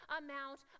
amount